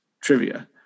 Trivia